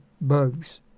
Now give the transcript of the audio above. bugs